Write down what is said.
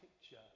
picture